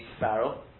barrel